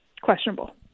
Questionable